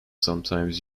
sometimes